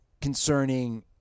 concerning